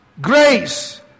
Grace